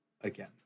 again